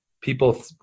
people